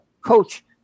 Coach